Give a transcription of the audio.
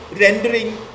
rendering